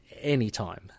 anytime